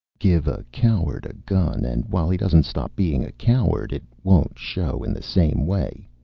give a coward a gun, and, while he doesn't stop being a coward, it won't show in the same way.